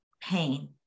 pain